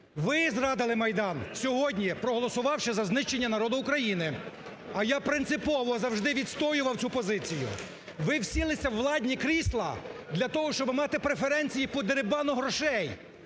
Ви зрадили Майдан сьогодні, проголосувавши за знищення народу України. А я принципово завжди відстоював цю позицію. Ви всілися у владні крісла для того, щоб мати преференції по дерибану грошей.